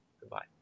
Goodbye